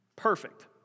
Perfect